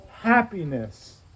happiness